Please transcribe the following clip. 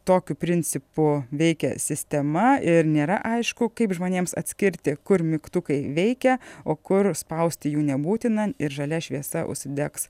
tokiu principu veikia sistema ir nėra aišku kaip žmonėms atskirti kur mygtukai veikia o kur spausti jų nebūtina ir žalia šviesa užsidegs